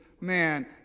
man